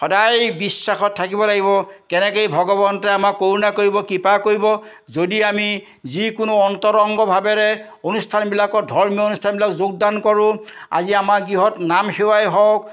সদায় বিশ্বাসত থাকিব লাগিব কেনেকে ভগৱন্তে আমাক কৰোণা কৰিব কৃপা কৰিব যদি আমি যিকোনো অন্তৰংগভাৱেৰে অনুষ্ঠানবিলাকত ধৰ্মীয় অনুষ্ঠানবিলাক যোগদান কৰোঁ আজি আমাৰ গৃহত নাম সেৱাই হওক